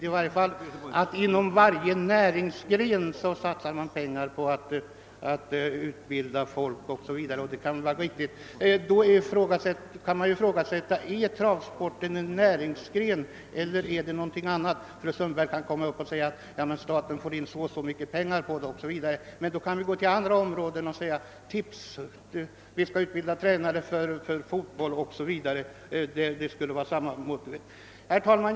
Hon säger att man inom varje näringsgren satsar pengar på att utbilda folk, och det kan vara riktigt. Då kan man fråga sig om travsporten är en näringsgren eller om den är någonting annat. Fru Sundberg kan hänvisa till att staten får in så och så mycket pengar på travsporten, men är det inte på samma sätt med fotbollsspelet, där tränare måste utbildas och staten får in pengar på tipsspelet? Herr talman!